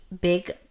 big